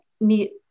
need